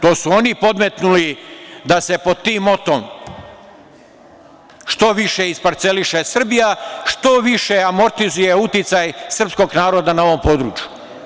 To su oni podmetnuli da se pod tim motom što više isparceliše Srbija, što više amortizuje uticaj srpskog naroda na ovom području.